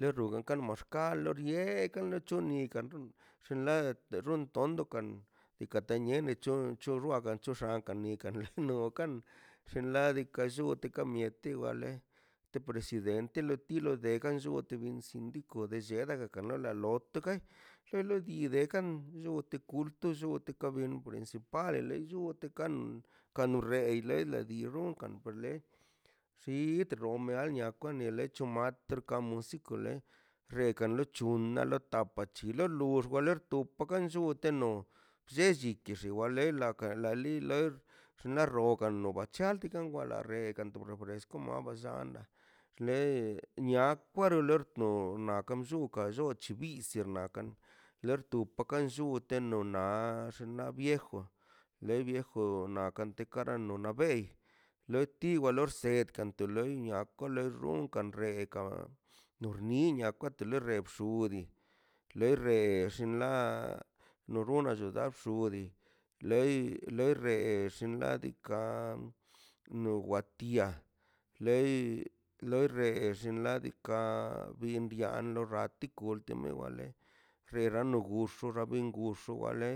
Ḻe rogan kalmax kaloxiee ka lo chonin ka rxu chunḻáa daa xuun tondokaꞌn nikate nie nichon choꞌ xoargan choxan kanikaꞌ lnokan shelnaꞌ dikaꞌ lluu tekaniete dika ḻe t presidente le pilo deka nlluu tebin sindiko de shlle gakan ḻa ḻa lo tokai shela di de kan llu te kulto llu te ka' ben principal el ele lluu tekan kano rei ḻe ledi run kano per ḻe shi trome alnia kwane lecho mater kano sito ḻe re kano ḻechuna la tapaꞌ chilo loxba ler tobpkaꞌ nllu teno blle shi ki dii xiwaꞌ ḻe lakan la li ḻer xnaꞌ xokan noba chaltekan wala rekan tob refresco ma ballanda xle nia kwaro ḻor no na ka llunkaꞌ shoc̱hi biz serna kan lor to pakan llun teno naa xunaꞌ viejo le viejo naꞌ kanteꞌkaran no bei lo tigua lorsetkaꞌ tonlei nia kolo xunkaꞌ reka norninia kwato lo rebxude ḻe xebe xllin ḻa noruna noda bxudi ḻei ḻerree xllin ḻa diikaꞌ bin bia no wa tía ḻei ḻerree xllin ḻa diikaꞌ bin bia lo ratikul timiwa ḻe rerrano guxo xa bin guxo wa ḻe